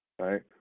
right